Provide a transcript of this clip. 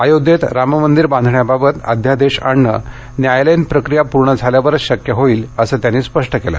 अयोध्येत राम मंदिर बांधण्याबाबत अध्यादेश आणणं न्यायालयीन प्रक्रिया पूर्ण झाल्यावरच शक्य होईल असं त्यांनी स्पष्ट केलं